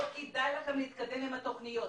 לא כדאי לכם להתקדם עם התכניות.